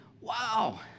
wow